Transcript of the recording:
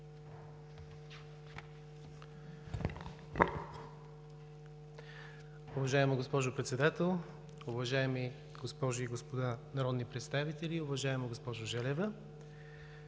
уважаема госпожо Председател. Уважаеми госпожи и господа народни представители! Уважаема госпожо Желева,